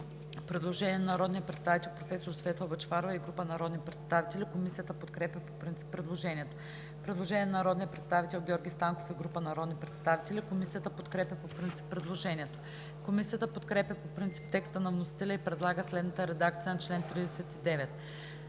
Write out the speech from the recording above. предложение на народния представител Светла Бъчварова и група народни представители. Комисията подкрепя по принцип предложението. Предложение на народния представител Георги Станков и група народни представители. Комисията подкрепя по принцип предложението. Комисията подкрепя по принцип текста на вносителя и предлага следната редакция на чл. 39: